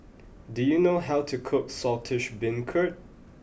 do you know how to cook Saltish Beancurd